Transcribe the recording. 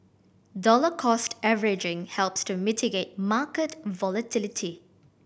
dollar cost averaging helps to mitigate market volatility